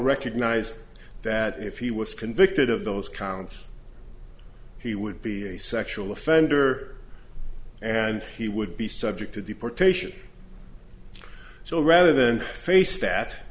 recognized that if he was convicted of those counts he would be a sexual offender and he would be subject to deportation so rather than face that